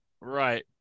Right